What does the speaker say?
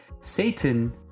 Satan